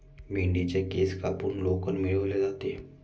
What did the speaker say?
मेंढ्यांच्या केस कापून लोकर मिळवली जाते